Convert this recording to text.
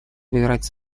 выбирать